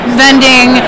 vending